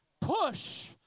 PUSH